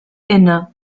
inne